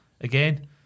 again